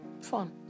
fun